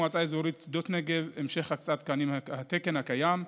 מועצה אזורית שדות נגב, המשך הקצאת התקן הקיים,